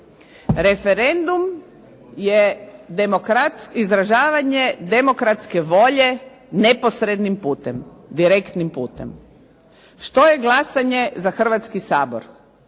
Referendum je izražavanje demokratske volje neposrednim putem. Direktnim putem. Što je glasanje za Hrvatski sabor?